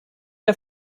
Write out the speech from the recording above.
der